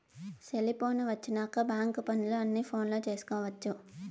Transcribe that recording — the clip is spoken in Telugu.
సెలిపోను వచ్చినాక బ్యాంక్ పనులు అన్ని ఫోనులో చేసుకొవచ్చు